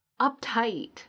uptight